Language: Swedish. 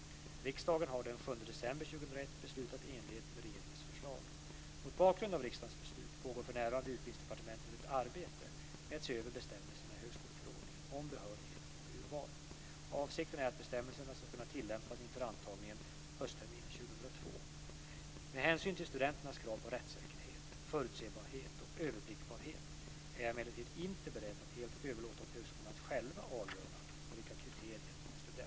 Riksdagen har den 7 december 2001 beslutat i enlighet med regeringens förslag. Mot bakgrund av riksdagens beslut pågår för närvarande i Utbildningsdepartementet ett arbete med att se över bestämmelserna i högskoleförordningen om behörighet och urval. Avsikten är att bestämmelserna ska kunna tillämpas inför antagningen höstterminen 2002. Med hänsyn till studenternas krav på rättssäkerhet, förutsebarhet och överblickbarhet är jag emellertid inte beredd att helt överlåta åt högskolorna att själva avgöra på vilka kriterier en student ska antas.